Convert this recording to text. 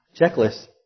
Checklist